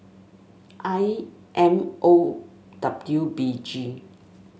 I M O W B G